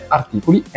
articoli